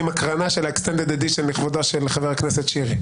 עם הקרנה של ה- extended edition לכבודו של חבר הכנסת שירי.